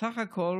בסך הכול